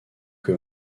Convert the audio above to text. que